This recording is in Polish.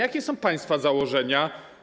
Jakie są państwa założenia?